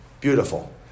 Beautiful